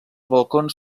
balcons